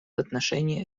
отношении